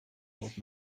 old